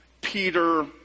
Peter